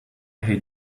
hate